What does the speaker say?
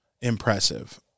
impressive